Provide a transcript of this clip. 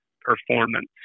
performance